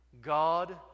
God